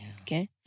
Okay